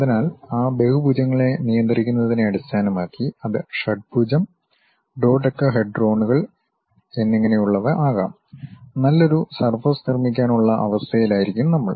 അതിനാൽ ആ ബഹുഭുജങ്ങളെ നിയന്ത്രിക്കുന്നതിനെ അടിസ്ഥാനമാക്കി അത് ഷഡ്ഭുജം ഡോഡെകഹെഡ്രോണുകൾ എന്നിങ്ങനെയുള്ളവ ആകാം നല്ലൊരു സർഫസ് നിർമ്മിക്കാനുള്ള അവസ്ഥയിലായിരിക്കും നമ്മൾ